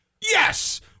yes